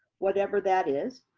whatever that is.